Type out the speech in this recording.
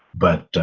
but